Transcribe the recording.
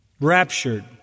raptured